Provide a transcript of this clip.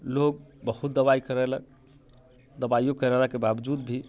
लोक बहुत दवाइ करैलक दवाइयो करेलाके बावजूद भी